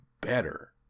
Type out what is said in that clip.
better